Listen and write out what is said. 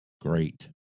Great